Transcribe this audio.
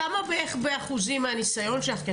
מהניסיון שלך,